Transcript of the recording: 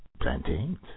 Plantains